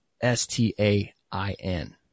S-T-A-I-N